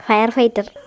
Firefighter